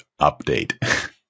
update